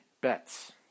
bets